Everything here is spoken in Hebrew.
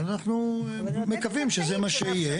אבל אנחנו מקווים שזה מה שיהיה.